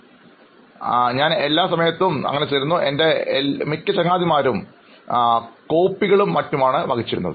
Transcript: അഭിമുഖം സ്വീകരിക്കുന്നയാൾ അതെ ഞാൻ എല്ലായിപ്പോഴും ചെയ്തിരുന്നു എന്നാൽ എൻറെ മിക്ക ചങ്ങാതിമാരും പകർപ്പുകളും മറ്റും ആണ് വഹിച്ചിരുന്നത്